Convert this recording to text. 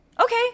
okay